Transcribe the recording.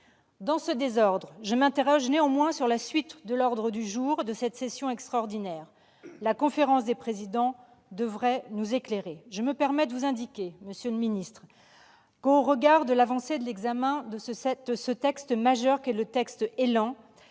dans ce désordre, je m'interroge sur la suite de l'ordre du jour de cette session extraordinaire. La conférence des présidents devrait nous éclairer à ce sujet. Je me permets de vous indiquer, monsieur le ministre, que, au regard de l'avancée de l'examen de ce texte majeur qu'est le projet